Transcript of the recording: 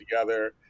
together